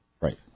Right